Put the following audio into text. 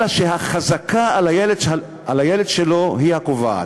אלא החזקה על הילד שלו היא הקובעת.